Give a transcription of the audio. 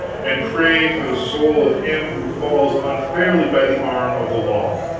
and pray for the soul of him who falls unfairly by the arm of the law,